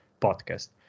podcast